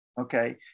Okay